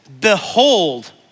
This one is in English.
behold